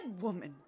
woman